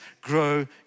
grow